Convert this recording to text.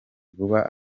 vuba